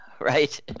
right